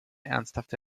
ernsthafte